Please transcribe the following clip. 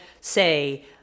say